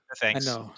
thanks